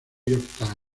york